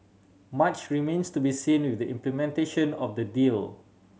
much remains to be seen with the implementation of the deal